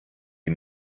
die